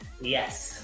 Yes